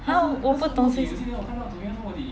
!huh! 我不懂是